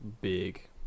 big